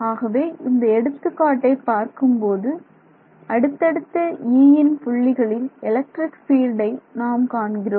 ஆகவே இந்த எடுத்துக்காட்டை பார்க்கும்போது அடுத்தடுத்த Eஇன் புள்ளிகளில் எலக்ட்ரிக் பீல்டு நாம் காண்கிறோம்